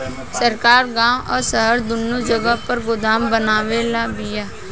सरकार गांव आ शहर दूनो जगह पर गोदाम बनवले बिया